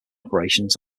operations